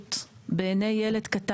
למשילות בעיניים של ילד קטן,